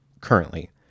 currently